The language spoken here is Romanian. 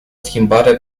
schimbare